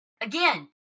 Again